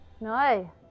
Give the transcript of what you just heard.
No